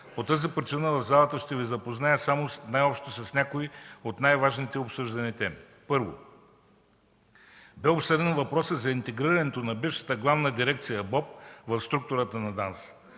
По тази причина в залата ще Ви запозная най-общо с някои от най-важните обсъждани теми. 1. Бе обсъден въпросът за интегрирането на бившата Главна дирекция БОП в структурата на ДАНС.